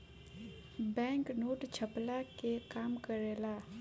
bank note छ्पला के काम करेला